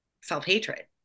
self-hatred